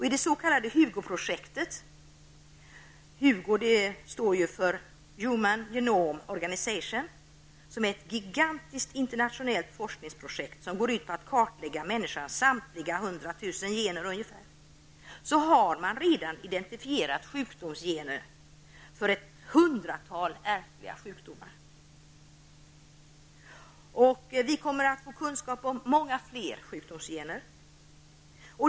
I det s.k. HUGO-projektet -- som är ett gigantiskt internationellt forskningsprojekt som går ut på att kartlägga människans samtliga ca 100 000 gener har man redan identifierat sjukdomsgenerna för ett hundratal ärftliga sjukdomar. Vi kommer att få kunskap om många fler sjukdomsgener.